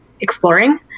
exploring